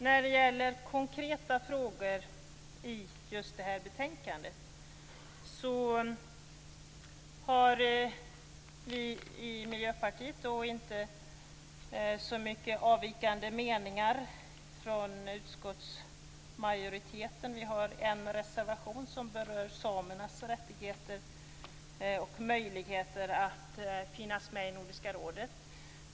När det gäller de konkreta frågor som behandlas i betänkandet har vi i Miljöpartiet inte så många från utskottsmajoriteten avvikande meningar. Vi har en reservation som berör samernas rättigheter och möjligheter att finnas med i Nordiska rådet.